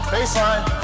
Baseline